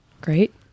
Great